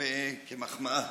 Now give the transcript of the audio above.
מתכוון כמחמאה.